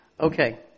Okay